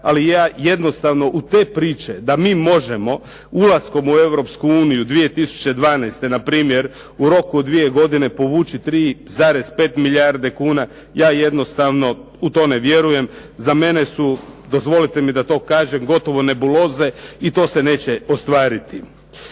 ali ja jednostavno u te priče da mi možemo ulaskom u Europsku uniju 2012. npr. u roku od dvije godine povući 3,5 milijardi kuna, ja jednostavno u to ne vjerujem. Za mene su, dozvolite mi da to kažem, gotovo nebuloze i to se neće ostvariti.